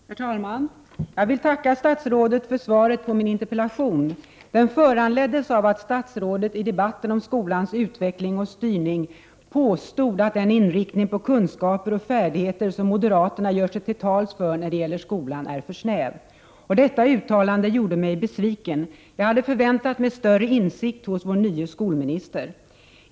Herr talman! Jag vill tacka statsrådet för svaret på min interpellation. Den föranleddes av att statsrådet i debatten om skolans utveckling och styrning påstod att den inriktning på kunskaper och färdigheter som moderaterna gör sig till tals för när det gäller skolan är för snäv. Detta uttalande gjorde mig besviken. Jag hade förväntat mig större insikt hos vår nye skolminister.